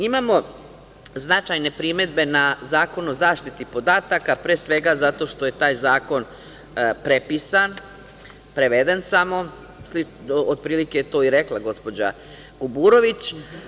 Imamo značajne primedbe na Zakon o zaštiti podataka, pre svega što je taj zakon prepisan, preveden samo, od prilike je to i rekla gospođa Kuburović.